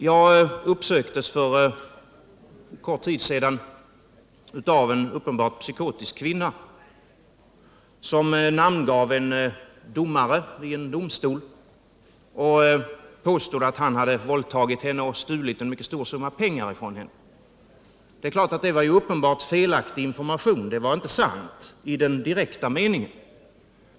Jag uppsöktes för kort tid sedan av en uppenbart psykotisk kvinna som namngav en domare i en domstol och påstod att han hade våldtagit henne och stulit en mycket stor summa pengar från henne. Självfallet var detta en uppenbart felaktig information. Det var inte sant i den direkta meningen.